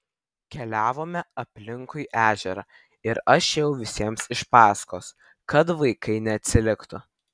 keliavome aplinkui ežerą ir aš ėjau visiems iš paskos kad vaikai neatsiliktų